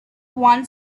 one